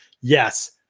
yes